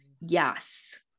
Yes